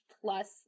plus